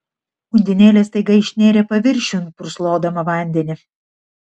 undinėlė staiga išnėrė paviršiun purslodama vandenį